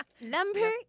Number